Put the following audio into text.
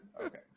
okay